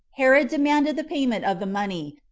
herod demanded the payment of the money,